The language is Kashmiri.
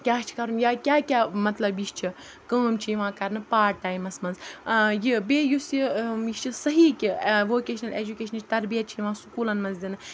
کیٛاہ چھِ کَرُن یا کیٛاہ کیٛاہ مطلب یہِ چھِ کٲم چھِ یِوان کَرنہٕ پاٹ ٹایمَس منٛز یہِ بیٚیہِ یُس یہِ یہِ چھِ صحیح کہِ ووکیشنَل ایجوکیشنٕچ تربیت چھِ یِوان سکوٗلَن منٛز دِنہٕ